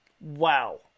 Wow